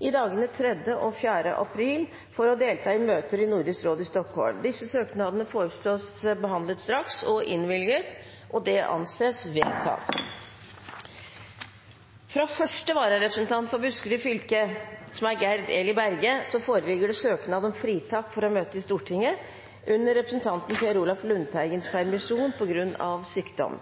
i dagene 3. og 4. april for å delta i møter i Nordisk råd i Stockholm Disse søknadene foreslås behandlet straks og innvilget. – Det anses vedtatt. Fra første vararepresentant for Buskerud fylke, Gerd Eli Berge , foreligger søknad om fritak for å møte i Stortinget under representanten Per Olaf Lundteigens permisjon, på grunn av sykdom.